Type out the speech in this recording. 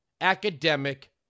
academic